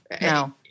No